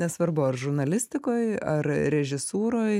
nesvarbu ar žurnalistikoj ar režisūroj